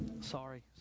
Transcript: Sorry